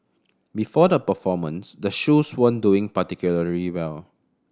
before the performance the shoes weren't doing particularly well